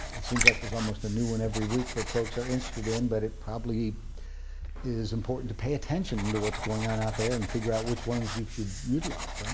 seems like there's almost a new one every week but folks are interested in but it probably is important to pay attention to what's going on out there and figure out which ones you should utilize, right?